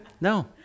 No